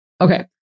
Okay